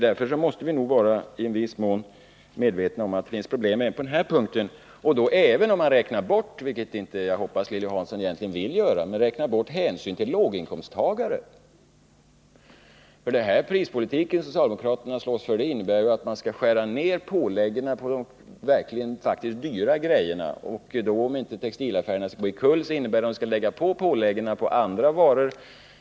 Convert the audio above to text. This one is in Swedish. Vi måste alltså vara medvetna om att det finns problem även på den här punkten, och det gäller också om vi räknar bort — vilket jag hoppas att Lilly Hansson inte vill göra — hänsynen till låginkomsttagarna. Den prispolitik som socialdemokraterna slåss för innebär ju att man skall skära ner påläggen på de verkligt dyra varorna, och för att inte textilföretagen skall gå omkull skall man alltså öka påläggen på andra varor.